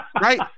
Right